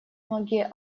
многие